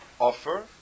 Offer